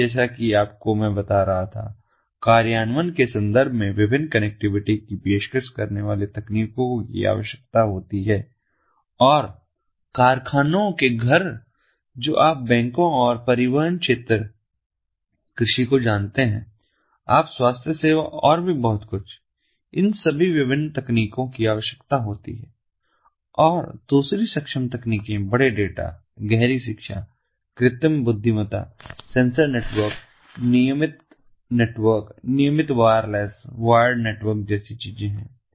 इसलिए जैसा कि मैं आपको बता रहा था की कार्यान्वयन के संदर्भ में विभिन्न कनेक्टिविटी की पेशकश करने वाली तकनीकों की आवश्यकता होती है और कारखानों के घर जो आप बैंकों और परिवहन क्षेत्र कृषि को जानते हैं आप स्वास्थ्य सेवा और भी बहुत कुछ इन सभी विभिन्न तकनीकों की आवश्यकता होती है और दूसरी सक्षम तकनीक बड़े डेटा गहरी शिक्षा कृत्रिम बुद्धिमत्ता सेंसर नेटवर्क नियमित नेटवर्क नियमित वायरलेस और वायर्ड नेटवर्क जैसी चीजें हैं